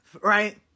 Right